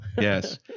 Yes